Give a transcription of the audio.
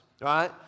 right